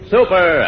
Super